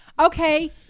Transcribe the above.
okay